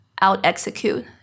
out-execute